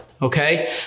Okay